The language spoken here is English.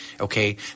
Okay